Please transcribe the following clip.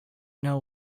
know